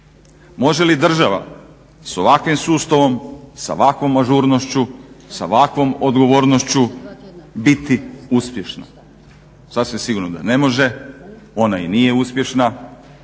Može li država s ovakvim sustavom, s ovakvom ažurnošću, s ovakvom odgovornošću biti uspješna? Sasvim sigurno da ne može, ona i nije uspješna